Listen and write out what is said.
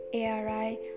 ARI